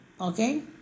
okay